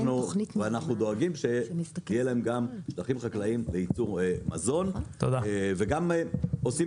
ואנחנו דואגים שיהיה להם גם שטחים חקלאיים לייצור מזון וגם עושים